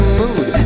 mood